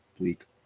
bleak